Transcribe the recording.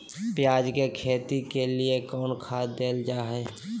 प्याज के खेती के लिए कौन खाद देल जा हाय?